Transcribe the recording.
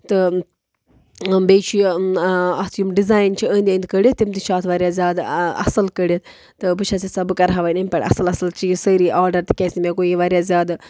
تہٕ بیٚیہِ چھُ یہِ اَتھ یِم ڈِزاین چھِ أنٛدۍ أنٛدۍ کٔڑِتھ تِم تہِ چھِ اَتھ واریاہ زیادٕ اَصٕل کٔڑِتھ تہٕ بہٕ چھَس یژھان بہٕ کَرٕ ہہ وَنۍ اَمہِ پٮ۪ٹھ اَصٕل اَصٕل چیٖز سٲری آرڈر تِکیازِ تہِ مےٚ گوٚو یہِ واریاہ زیادٕ